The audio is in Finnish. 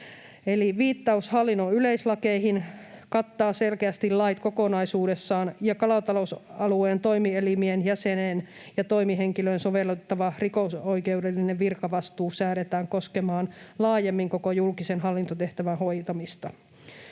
viittaus hallinnon yleislakeihin kattaa selkeästi lait kokonaisuudessaan, ja kalatalousalueen toimielimien jäseneen ja toimihenkilöön sovellettava rikosoikeudellinen virkavastuu säädetään koskemaan laajemmin koko julkisen hallintotehtävän hoitamista.